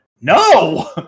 no